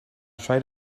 tried